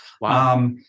Wow